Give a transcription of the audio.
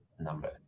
number